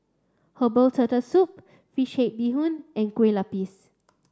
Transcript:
herbal turtle soup fish head Bee Hoon and Kueh Lapis